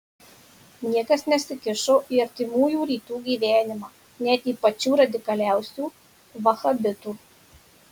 niekas nesikišo į artimųjų rytų gyvenimą net į pačių radikaliausių vahabitų